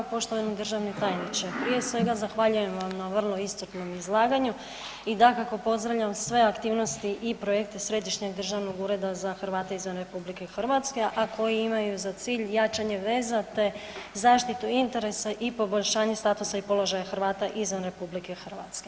Poštovani državni tajniče, prije svega zahvaljujem na vrlo iscrpnom izlaganju i dakako pozdravljam sve aktivnosti i projekte Središnjeg državnog ureda za Hrvate izvan RH a koji imaju za cilj jačanje veza te zaštitu interesa i poboljšanja statusa i položaja Hrvata izvan RH.